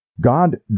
God